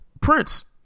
Prince